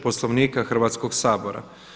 Poslovnika Hrvatskog sabora.